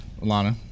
Alana